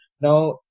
Now